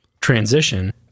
transition